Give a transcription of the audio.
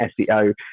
SEO